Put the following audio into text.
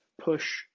push